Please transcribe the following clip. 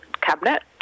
Cabinet